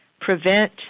prevent